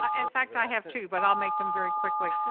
ah in fact, i have two, but i'll make them very quickly.